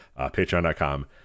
Patreon.com